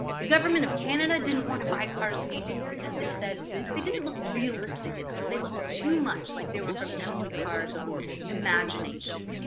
the government of canada didn't want to buy carr's paintings because they said they didn't look realistic enough. they looked too much like they were from emily carr's own imagination.